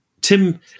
Tim